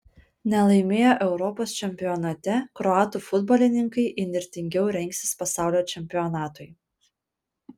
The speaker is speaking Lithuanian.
nelaimėję europos čempionate kroatų futbolininkai įnirtingiau rengsis pasaulio čempionatui